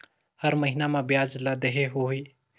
हर महीना मा ब्याज ला देहे होही?